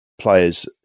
players